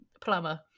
plumber